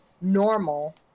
normal